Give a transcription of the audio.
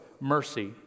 mercy